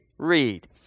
Read